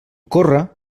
córrer